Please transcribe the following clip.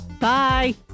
Bye